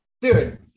dude